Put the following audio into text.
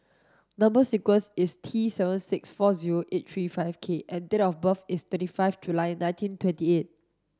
number sequence is T seven six four zero eight three five K and date of birth is twenty five July nineteen twenty eight